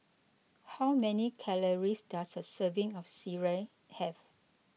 how many calories does a serving of Sireh have